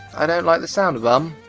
i don't like the sound of um.